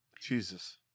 Jesus